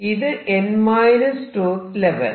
ഇത് n 𝞃th level